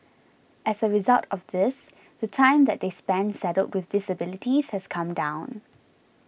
as a result of this the time that they spend saddled with disabilities has come down